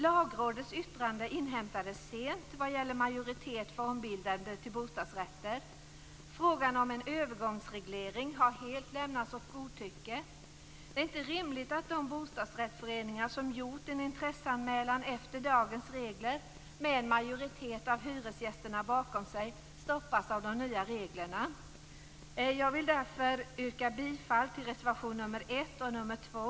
Lagrådets yttrande inhämtades sent vad gäller majoritet för ombildande till bostadsrätter. Frågan om en övergångsreglering har lämnats helt åt godtycke. Det är inte rimligt att de bostadsrättsföreningar som gjort en intresseanmälan efter dagens regler med en majoritet av hyresgästerna bakom sig stoppas av de nya reglerna. Jag vill därför yrka bifall till reservationerna nr 1 och nr 2.